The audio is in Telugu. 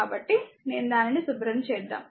కాబట్టి నేను దానిని శుభ్రం చేద్దాం